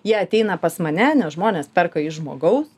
jie ateina pas mane nes žmonės perka iš žmogaus